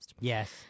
Yes